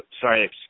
Sorry